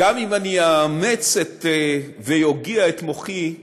גם אם אני אאמץ ואוגיע את מוחי,